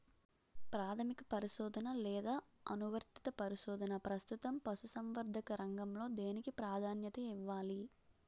ప్రాథమిక పరిశోధన లేదా అనువర్తిత పరిశోధన? ప్రస్తుతం పశుసంవర్ధక రంగంలో దేనికి ప్రాధాన్యత ఇవ్వాలి?